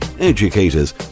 educators